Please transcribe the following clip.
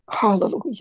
Hallelujah